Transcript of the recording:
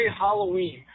Halloween